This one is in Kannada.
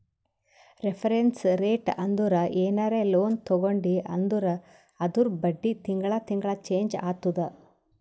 ರೆಫರೆನ್ಸ್ ರೇಟ್ ಅಂದುರ್ ಏನರೇ ಲೋನ್ ತಗೊಂಡಿ ಅಂದುರ್ ಅದೂರ್ ಬಡ್ಡಿ ತಿಂಗಳಾ ತಿಂಗಳಾ ಚೆಂಜ್ ಆತ್ತುದ